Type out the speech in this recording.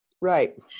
right